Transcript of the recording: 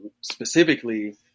specifically